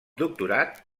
doctorat